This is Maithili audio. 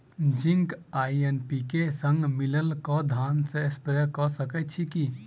जिंक आ एन.पी.के, संगे मिलल कऽ धान मे स्प्रे कऽ सकैत छी की?